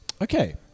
Okay